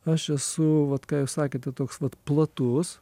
aš esu vat ką jūs sakėte toks vat platus